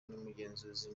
n’umugenzuzi